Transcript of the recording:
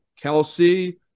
Kelsey